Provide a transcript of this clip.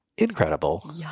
Incredible